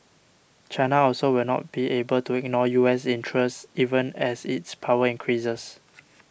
China also will not be able to ignore U S interests even as its power increases